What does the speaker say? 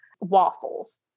waffles